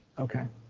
okay.